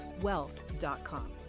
wealth.com